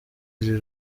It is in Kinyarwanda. iri